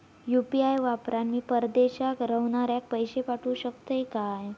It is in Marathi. यू.पी.आय वापरान मी परदेशाक रव्हनाऱ्याक पैशे पाठवु शकतय काय?